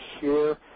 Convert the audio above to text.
share